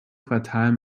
quartal